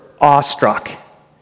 awestruck